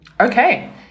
okay